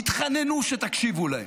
התחננו שתקשיבו להם,